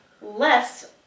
less